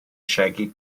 shaggy